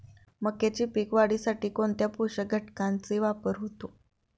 मक्याच्या पीक वाढीसाठी कोणत्या पोषक घटकांचे वापर होतो?